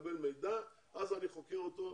המשטרה מקבלת מידע ואז היא חוקרת אותו.